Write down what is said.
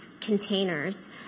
containers